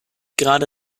gerade